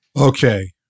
Okay